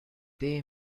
they